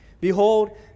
Behold